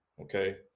okay